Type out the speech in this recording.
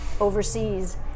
overseas